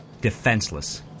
defenseless